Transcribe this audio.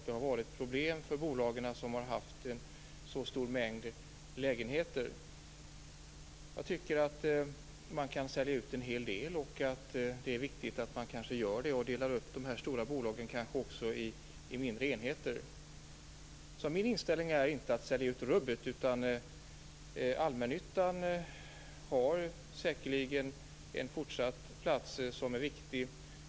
Det har varit problem för bolagen att ha en så stor mängd lägenheter. Jag tycker att man kan sälja ut en hel del och att det är viktigt att man kanske gör det och delar upp de större bolagen i mindre enheter. Min inställning är inte att sälja ut rubbet. Allmännyttan har säkerligen en fortsatt plats som är viktig.